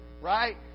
right